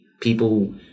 People